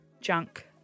Junk